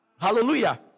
Hallelujah